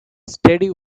steady